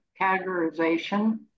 categorization